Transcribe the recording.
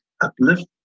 uplift